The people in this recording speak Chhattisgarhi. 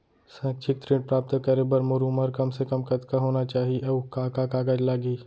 शैक्षिक ऋण प्राप्त करे बर मोर उमर कम से कम कतका होना चाहि, अऊ का का कागज लागही?